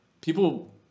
people